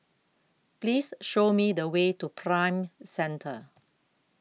Please Show Me The Way to Prime Centre